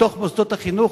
בתוך מוסדות החינוך,